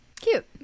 Cute